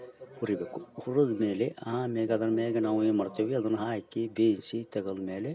ಹುರಿಬೇಕು ಹುರದ್ಮೇಲೆ ಆಮೇಗ ಅದನ್ಮ್ಯಾಗ ನಾವು ಏನು ಮಾಡ್ತೀವಿ ಅದನ್ನ ಹಾಕಿ ಬೇಯಿಸಿ ತೆಗದ್ಮೇಲೆ